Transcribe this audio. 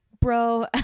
bro